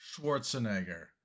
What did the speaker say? Schwarzenegger